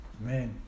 man